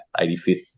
85th